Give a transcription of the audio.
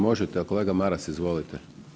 Možete, kolega Maras, izvolite.